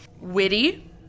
Witty